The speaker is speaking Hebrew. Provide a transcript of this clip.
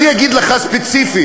אני אגיד לך ספציפית,